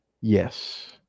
Yes